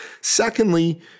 Secondly